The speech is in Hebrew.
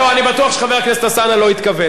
לא, אני בטוח שחבר הכנסת אלסאנע לא התכוון.